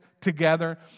together